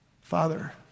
Father